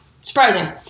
surprising